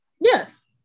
Yes